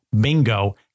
Bingo